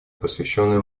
посвященная